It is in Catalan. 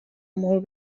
molt